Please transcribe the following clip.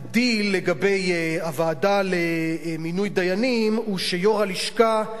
הדיל לגבי הוועדה למינוי דיינים הוא שיושב-ראש הלשכה,